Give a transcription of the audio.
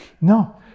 No